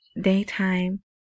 daytime